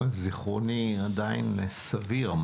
זכרוני עדיין סביר.